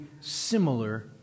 similar